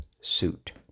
suit